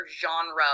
genre